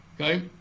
okay